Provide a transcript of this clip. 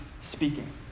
speaking